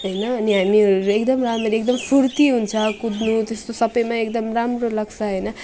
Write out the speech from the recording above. होइन अनि हामीहरूले एकदम राम्ररी एकदम फुर्ति हुन्छ कुद्नु त्यस्तो सबैमा एकदम राम्रो लाग्छ होइन